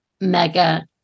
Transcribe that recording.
mega